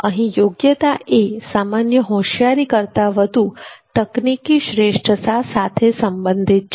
અહીં યોગ્યતા એ સામાન્ય હોશિયારી કરતા વધુ તકનીકી શ્રેષ્ઠતા સાથે સંબંધિત છે